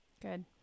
Good